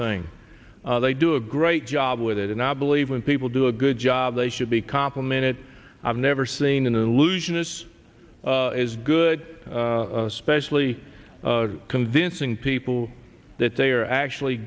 thing they do a great job with it and i believe when people do a good job they should be complimented i've never seen an allusion it's as good especially convincing people that they are actually